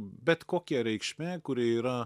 bet kokia reikšmė kuri yra